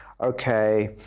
okay